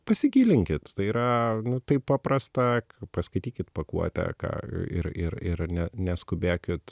pasigilinkit tai yra taip paprasta paskaitykit pakuotę ką ir ir ir ne neskubėkit